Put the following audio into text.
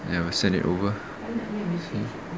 ya we send it over see